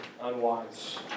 unwise